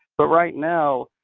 but right now,